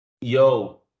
Yo